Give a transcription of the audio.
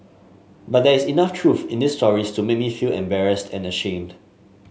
but there is enough truth in these stories to make me feel embarrassed and ashamed